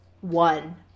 one